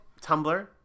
tumblr